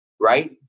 right